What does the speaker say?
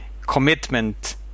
commitment